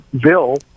Bill